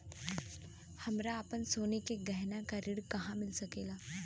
हमरा अपन सोने के गहना पर ऋण कहां मिल सकता?